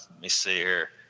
me see here,